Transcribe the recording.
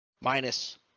minus